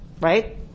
Right